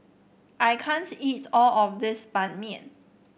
I can't eat all of this Ban Mian